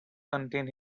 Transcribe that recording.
contain